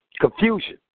confusion